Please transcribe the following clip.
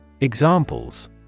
Examples